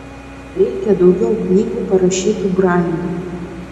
reikia daugiau knygų parašytų brailiu